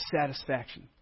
satisfaction